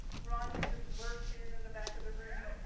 ron who just lurked in in the back of the room,